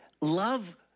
Love